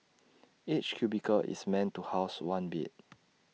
each cubicle is meant to house one bed